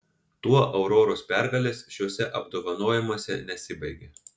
tuo auroros pergalės šiuose apdovanojimuose nesibaigė